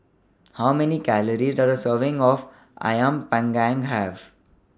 How Many Calories Does A Serving of Ayam Panggang Have